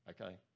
okay